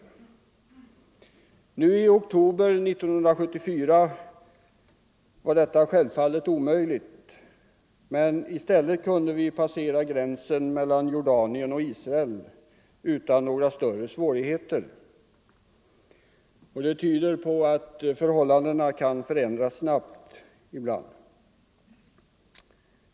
Nu i oktober 1974 var detta självfallet omöjligt. I stället kunde vi passera gränsen mellan Jordanien och Israel utan några större svårigheter. Det tyder på att förhållandena ibland kan förändras snabbt.